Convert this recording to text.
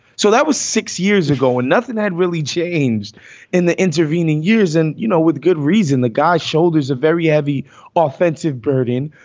so that was six years ago and nothing had really changed in the intervening years. and, you know, with good reason, the guy's shoulders a very heavy ah offensive burden.